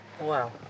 Wow